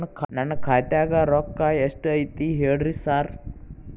ನನ್ ಖಾತ್ಯಾಗ ರೊಕ್ಕಾ ಎಷ್ಟ್ ಐತಿ ಹೇಳ್ರಿ ಸಾರ್?